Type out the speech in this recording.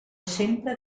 sempre